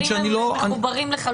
שאני לא ------ מחוברים לחלוטין.